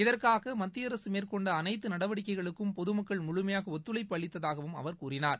இதற்காக மத்திய மேற்கொண்ட அரசு அனைத்து நடவடிக்கைகளுக்கும் பொதுமக்கள் முழுமையாக ஒத்துழைப்பு அளித்ததாகவும் அவர் கூறினார்